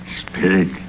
Spirit